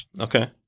Okay